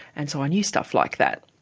and so i knew stuff like that.